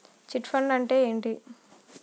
Chit fund అంటే ఏంటి?